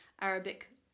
Arabic